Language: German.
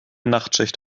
nachtschicht